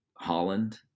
Holland